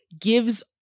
gives